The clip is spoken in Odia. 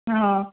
ହଁ